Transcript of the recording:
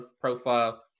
profile